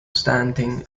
standing